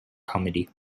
comedy